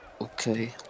Okay